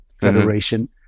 federation